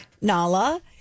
Nala